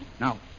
Now